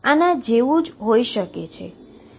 તે આના જેવું પણ હોઈ શકે છે